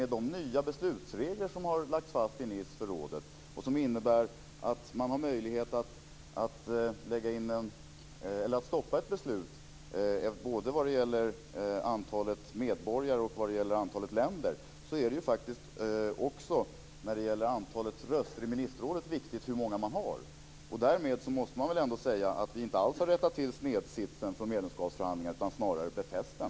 De nya beslutsregler som har lagts fast i Nice för rådet innebär att man har möjlighet att stoppa ett beslut både vad gäller antalet medborgare och antalet länder; så det är faktiskt viktigt med hur många röster man har i ministerrådet. Därmed måste man säga att snedsitsen från medlemskapsförhandlingarna inte har rättats till utan snarare befäst den.